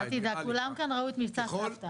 אל תדאג, כולם כאן ראו את מבצע סבתא.